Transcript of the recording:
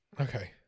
Okay